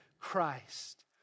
Christ